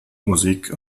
musik